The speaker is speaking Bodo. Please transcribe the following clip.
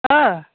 अ